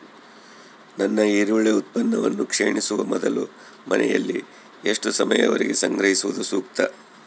ನನ್ನ ಈರುಳ್ಳಿ ಉತ್ಪನ್ನವು ಕ್ಷೇಣಿಸುವ ಮೊದಲು ಮನೆಯಲ್ಲಿ ಎಷ್ಟು ಸಮಯದವರೆಗೆ ಸಂಗ್ರಹಿಸುವುದು ಸೂಕ್ತ?